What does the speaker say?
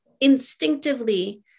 instinctively